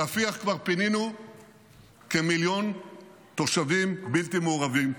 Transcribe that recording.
ברפיח כבר פינינו כמיליון תושבים בלתי מעורבים,